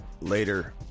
Later